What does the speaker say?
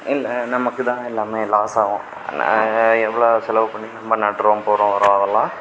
இல்லை நமக்குதான் எல்லாமே லாஸ் ஆகும் எவ்வளோ செலவு பண்ணி நம்ம நடுறோம் போகிறோம் வரோம் அதெலாம்